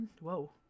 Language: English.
Whoa